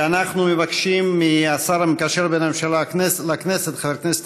אנחנו מבקשים מהשר המקשר בין הממשלה לכנסת חבר הכנסת